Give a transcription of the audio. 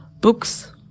books